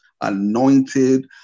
anointed